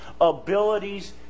abilities